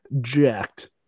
jacked